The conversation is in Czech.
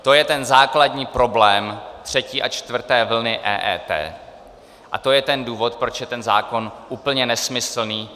To je ten základní problém třetí a čtvrté vlny EET a to je ten důvod, proč je zákon úplně nesmyslný.